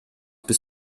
bis